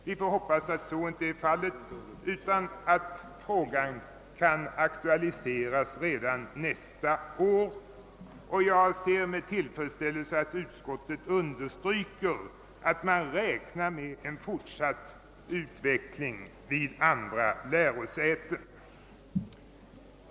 Vi får hoppas att så inte är fallet utan att frågan kan aktualiseras redan nästa år. Jag ser med tillfredsställelse att utskottet understryker att man räknar med en fortsatt utveckling vid andra lärosäten.